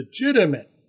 legitimate